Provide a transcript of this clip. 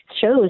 shows